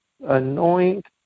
anoint